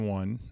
one